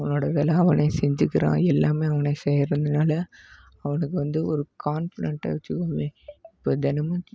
அவனோடய வேலை அவனே செஞ்சுக்கிறான் எல்லாமே அவனே செய்கிறதுனால அவனுக்கு வந்து ஒரு கான்ஃபிடெண்ட்னு வச்சுக்கோங்களேன் இப்போ தினமும்